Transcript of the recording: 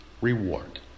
reward